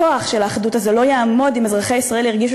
הכוח של האחדות הזה לא יעמוד אם אזרחי ישראל ירגישו